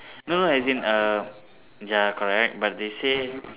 no no as in uh ya correct but they say